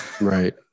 right